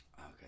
Okay